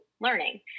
learning